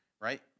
right